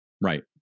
Right